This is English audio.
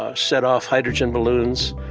ah set off hydrogen balloons.